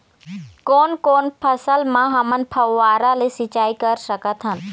कोन कोन फसल म हमन फव्वारा ले सिचाई कर सकत हन?